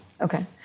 Okay